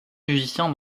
musicien